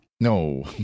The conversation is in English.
No